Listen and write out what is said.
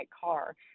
car